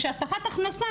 כשהבטחת הכנסה,